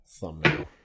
Thumbnail